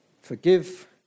Forgive